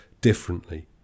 differently